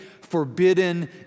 forbidden